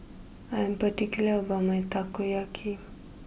I am particular about my Takoyaki